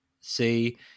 see